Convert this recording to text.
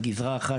על גזרה אחת.